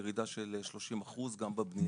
ירידה של 30% גם בבנייה.